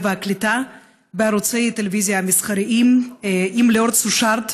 והקליטה בערוצי הטלוויזיה המסחריים עם ליאור סושרד,